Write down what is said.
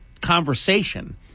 conversation